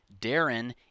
darren